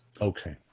Okay